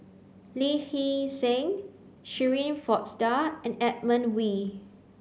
Lee Hee Seng Shirin Fozdar and Edmund Wee